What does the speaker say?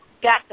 Got